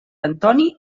antoni